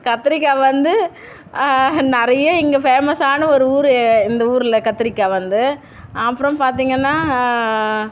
கத்திரிக்காய் வந்து நிறைய இங்கே ஃபேமஸான ஒரு ஊர் இந்த ஊரில் கத்திரிக்காய் வந்து அப்புறம் பார்த்திங்கன்னா